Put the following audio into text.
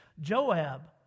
Joab